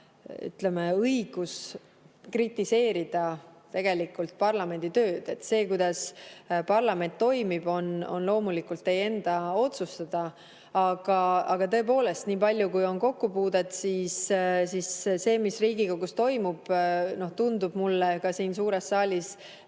ütleme, õigus kritiseerida parlamendi tööd. See, kuidas parlament toimib, on loomulikult teie enda otsustada. Aga tõepoolest, nii palju kui mul on kokkupuudet, siis see, mis Riigikogus toimub, mulle tundub siin suures saalis